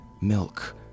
Milk